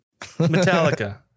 Metallica